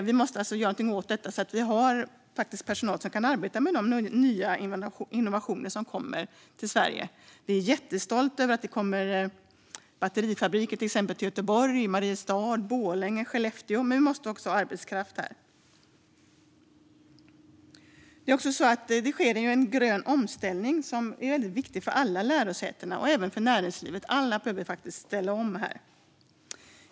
Vi måste göra någonting åt detta så att vi har personal som kan arbeta med de nya innovationer som kommer till Sverige. Vi är jättestolta över att det till exempel kommer batterifabriker till Göteborg, Mariestad, Borlänge och Skellefteå. Men vi måste också ha arbetskraft där. Det sker en grön omställning som är väldigt viktig för alla lärosäten och även för näringslivet. Alla behöver ställa om här.